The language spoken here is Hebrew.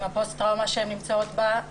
עם הפוסט טראומה שהן נמצאות בה,